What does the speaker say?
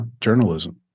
journalism